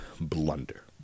blunder